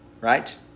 Right